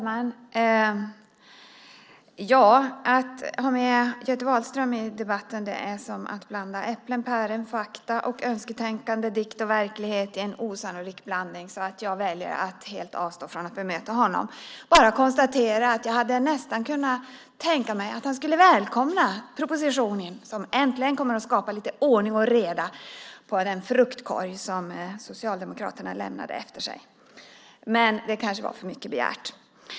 Herr talman! Att ha med Göte Wahlström i debatten är som att blanda äpplen, päron, fakta, önsketänkande, dikt och verklighet i en osannolik blandning. Jag väljer att helt avstå från att bemöta honom. Jag bara konstaterar att jag nästan kunnat tänka mig att han skulle välkomna propositionen som äntligen kommer att skapa lite ordning och reda i den fruktkorg som Socialdemokraterna lämnade efter sig. Men det kanske är för mycket begärt.